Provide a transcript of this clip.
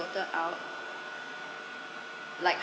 filter out like